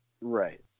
right